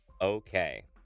Okay